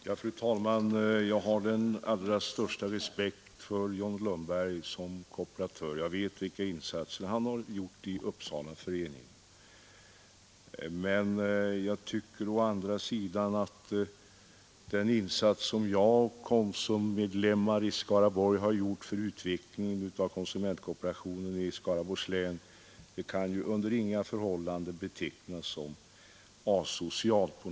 Fru talman! Jag har den allra största respekt för John Lundberg som kooperatör; jag vet vilka insatser han gjort i Uppsalaföreningen. Men jag tycker å andra sidan att den insats som jag och andra konsummedlemmar i Skaraborg har gjort för utvecklingen av konsumentkooperationen i Skaraborgs län under inga förhållanden kan betecknas som asocial.